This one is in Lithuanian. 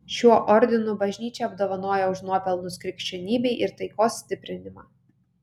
šiuo ordinu bažnyčia apdovanoja už nuopelnus krikščionybei ir taikos stiprinimą